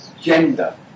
gender